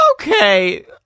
Okay